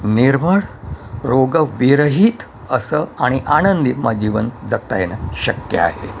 निर्मळ रोगविरहीत असं आणि आनंदी म जीवन जगता येणं शक्य आहे